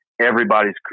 everybody's